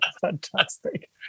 fantastic